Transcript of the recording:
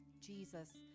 Jesus